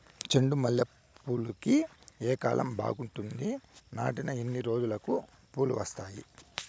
చెండు మల్లె పూలుకి ఏ కాలం బావుంటుంది? నాటిన ఎన్ని రోజులకు పూలు వస్తాయి?